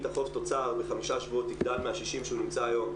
החוב תוצר זה חמישה שבועות יגדל מ-60% שהוא נמצא היום,